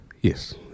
Yes